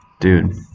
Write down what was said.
Dude